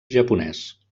japonès